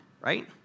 right